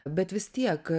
bet vis tiek